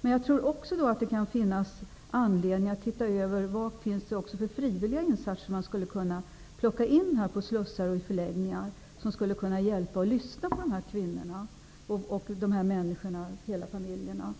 Men jag tror också att det finns anledning att undersöka vilka frivilliga insatser som skulle kunna utnyttjas på slussar och förläggningar, vilka människor som skulle kunna lyssna på de här kvinnorna och deras familjer.